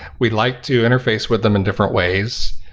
we like to interface with them in different ways.